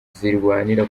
zirwanira